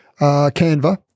Canva